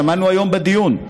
שמענו היום בדיון,